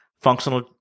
functional